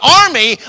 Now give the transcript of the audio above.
army